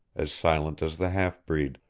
as silent as the half-breed,